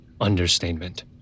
understatement